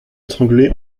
étranglée